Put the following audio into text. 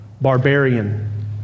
barbarian